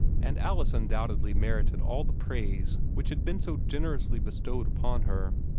and alice undoubtedly merited all the praise which had been so generously bestowed upon her.